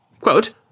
Quote